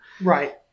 right